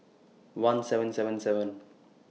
one seven seven seven